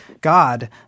God